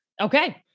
Okay